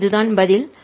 மற்றும் இதுதான் பதில்